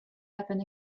happen